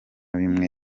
bimwe